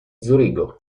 zurigo